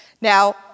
Now